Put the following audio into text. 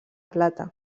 plata